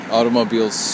Automobiles